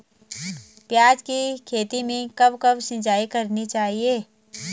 प्याज़ की खेती में कब कब सिंचाई करनी चाहिये?